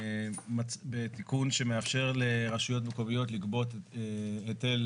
מדובר בתיקון שמאפשר לרשויות מקומיות לגבות היטל